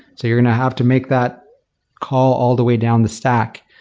so you're going to have to make that call all the way down the stack.